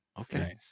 Okay